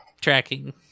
tracking